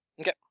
okay